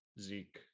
zeke